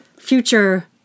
future